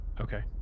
Okay